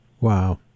Wow